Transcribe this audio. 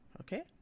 Okay